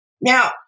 Now